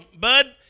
bud